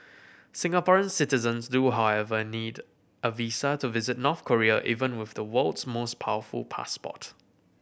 Singaporean citizens do however need a visa to visit North Korea even with the world's most powerful passport